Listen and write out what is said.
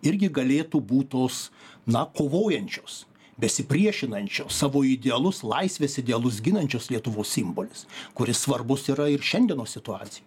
irgi galėtų būt tos na kovojančios besipriešinančios savo idealus laisvės idealus ginančios lietuvos simbolis kuris svarbus yra ir šiandienos situacijai